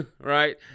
right